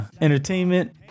Entertainment